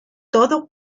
todo